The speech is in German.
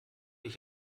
ich